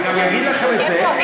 אני גם אגיד לכם את זה.